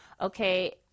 okay